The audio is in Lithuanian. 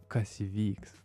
kas įvyks